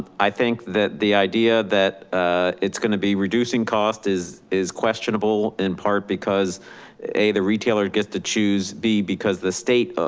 i think that the idea that ah it's gonna be reducing costs is is questionable in part because a, the retailer gets to choose, b because the state